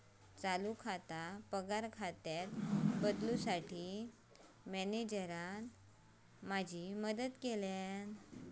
चालू खाता पगार खात्यात बदलूंसाठी मॅनेजरने माझी मदत केल्यानं